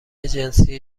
جنسی